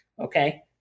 okay